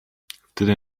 wtedy